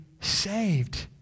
saved